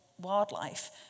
wildlife